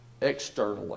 externally